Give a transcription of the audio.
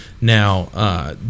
Now